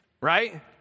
right